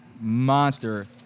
Monster